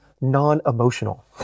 non-emotional